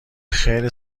خیر